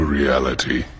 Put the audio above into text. reality